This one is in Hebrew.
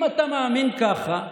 אם אתה מאמין ככה,